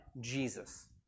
Jesus